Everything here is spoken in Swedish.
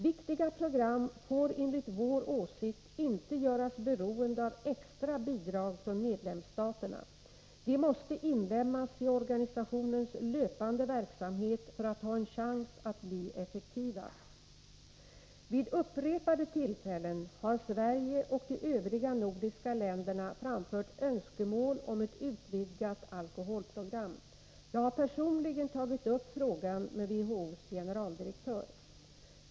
Viktiga program får enligt vår åsikt inte göras beroende av extra bidrag från medlemsstaterna. De måste inlemmas i organisationens löpande verksamhet för att ha en chans att bli effektiva. Vid upprepade tillfällen har Sverige och de övriga nordiska länderna framfört önskemål om ett utvidgat alkoholprogram. Jag har personligen tagit upp frågan med WHO:s generaldirektör.